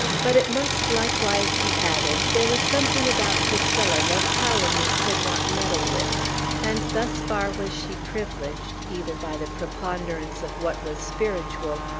but, it must likewise be added, there was something about priscilla that calumny could not meddle with and thus far was she privileged, either by the preponderance of what was spiritual,